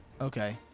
Okay